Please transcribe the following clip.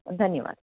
धन्यवादः